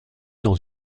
dans